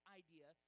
idea